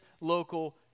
local